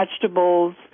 vegetables